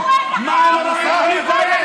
על מה אתם מדברים?